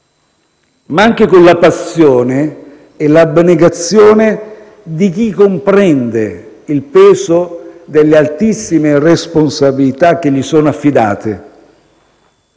ma anche con la passione e l'abnegazione di chi comprende il peso delle altissime responsabilità che gli sono affidate.